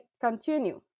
continue